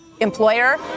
employer